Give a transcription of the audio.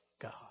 God